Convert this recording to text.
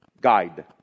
guide